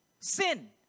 sin